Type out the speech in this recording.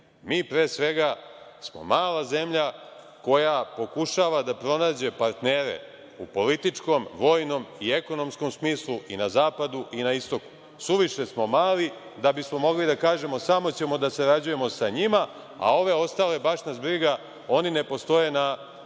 Mi pre svega smo mala zemlja koja pokušava da pronađe partnere u političkom, vojnom i ekonomskom smislu i na Zapadu i na Istoku. Suviše smo mali da bismo mogli da kažemo – samo ćemo da sarađujemo sa njima, a ove ostale, baš nas briga, oni ne postoje na kugli